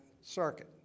circuit